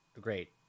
Great